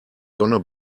gonna